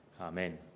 Amen